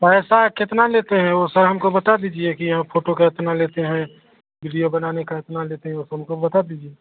पैसा कितना लेते हैं वह सर हमको बता दीजिए कि हाँ फ़ोटो का इतना लेते हैं विडियो बनाने का इतना लेते हैं बस हमको बता दीजिए